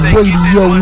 Radio